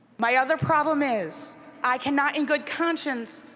my other problem is i cannot n good conscience,